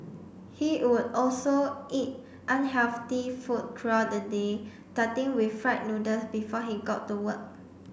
he would also eat unhealthy food throughout the day starting with fried noodles before he got to work